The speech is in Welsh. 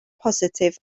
positif